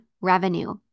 revenue